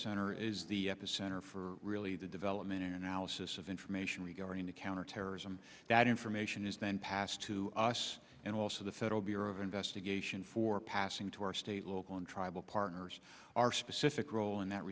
center is the epicenter for really the development in analysis of information regarding to counterterrorism that information is then passed to us and also the federal bureau of investigation for passing to our state local and tribal partners our specific role and that